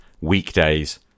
weekdays